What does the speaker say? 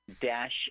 Dash